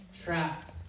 Trapped